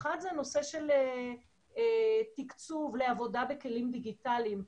האחד זה הנושא של תקצוב לעבודה בכלים דיגיטליים.